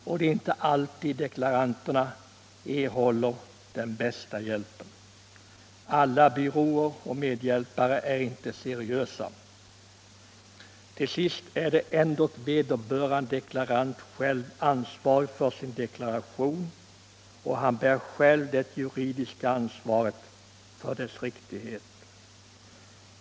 Och det är inte alltid deklaranterna erhåller den bästa hjälpen. Alla byråer och medhjälpare är inte seriösa. Till sist är ändå vederbörande deklarant själv ansvarig för sin deklaration och han bär själv det juridiska ansvaret för dess riktighet.